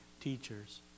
teachers